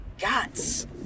guts